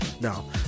no